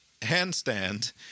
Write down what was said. handstand